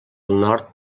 nord